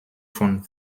von